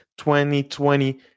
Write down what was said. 2020